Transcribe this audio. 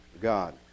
God